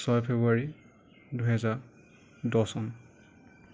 ছয় ফেব্ৰুৱাৰী দুহেজাৰ দহ চন